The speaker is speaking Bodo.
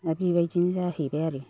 दा बेबायदिनो जाहैबाय आरो